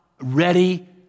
ready